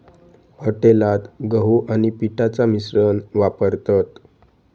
हॉटेलात गहू आणि पिठाचा मिश्रण वापरतत